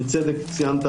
בצדק ציינת,